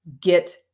get